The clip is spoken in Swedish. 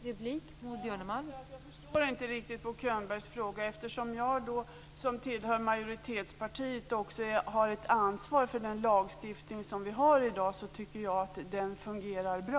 Fru talman! Jag förstår inte riktigt Bo Könbergs fråga. Eftersom jag, som tillhör majoritetspartiet, också har ett ansvar för den lagstiftning som vi har i dag, tycker jag att den fungerar bra.